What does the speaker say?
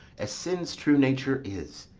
as sin's true nature is,